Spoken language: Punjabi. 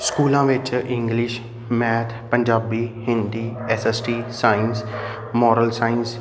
ਸਕੂਲਾਂ ਵਿੱਚ English math Punjabi Hindi S S T science moral science